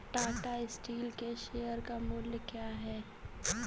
Tata Steel के share का मूल्य क्या है?